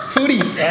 Foodies